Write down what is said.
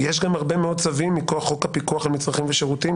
יש גם הרבה מאוד צווים מכוח חוק הפיקוח על מצרכים ושירותים,